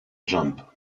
jump